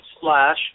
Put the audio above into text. slash